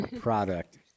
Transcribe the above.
product